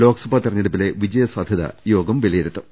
ലോക്സഭാ തെരഞ്ഞെടുപ്പിലെ വിജയ സാധൃത യോഗം വിലയിരുത്തും